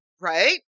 Right